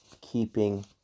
keeping